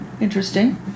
interesting